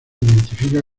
identifica